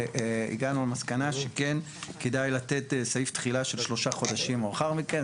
והגענו למסקנה שכן כדאי לתת סעיף תחילה של שלושה חודשים מאוחר מכן.